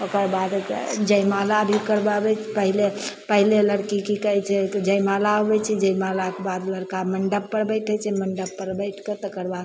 ओकर बादके जयमाला भी करबाबैसँ पहिले पहिले लड़की की कहैत छै कि जयमाला होबैत छै जयमालाके बाद लड़का मण्डप पर बैठैत छै मण्डप पर बैठकऽ तकरबाद